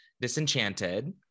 Disenchanted